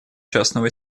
частного